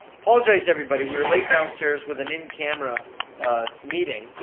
apologize to everybody, we were late downstairs with an in camera meeting.